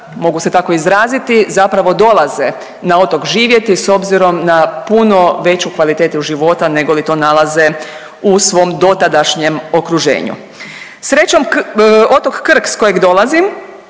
mogu se tako izraziti, zapravo dolaze na otok živjeti s obzirom na puno veću kvalitetu života negoli to nalaze u svom dotadašnjem okruženju. Srećom otok Krk s kojeg dolazim